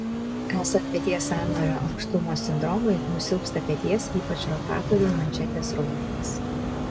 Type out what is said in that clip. esant peties sąnario ankštumo sindromui nusilpsta peties ypač rotatorių manžetės raumenys